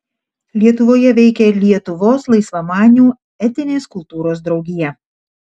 lietuvoje veikė lietuvos laisvamanių etinės kultūros draugija